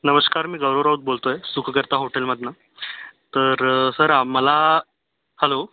नमस्कार मी गौरव राऊत बोलत आहे सुखकर्ता हॉटेलमधून तर सर आम् मला हलो